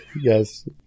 yes